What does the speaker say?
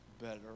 better